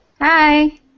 Hi